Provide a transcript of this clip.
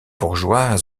bourgeoises